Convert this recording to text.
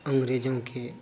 अंग्रेज़ों के